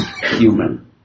human